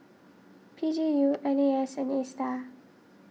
P G U N A S and Astar